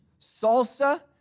Salsa